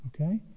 Okay